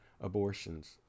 abortions